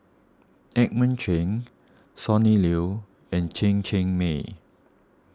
Edmund Chen Sonny Liew and Chen Cheng Mei